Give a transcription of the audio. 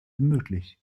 möglich